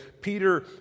Peter